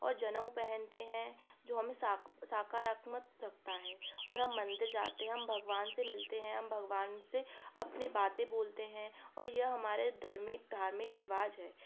और जनेऊ पहनते हैं जो हमें साकारात्मक रखता है और हम मंदिर जाते है हम भगवान से मिलते हैं हम भगवान से अपने बातें बोलते हैं और यह हमारे धार्मिक रिवाज है